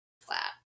flat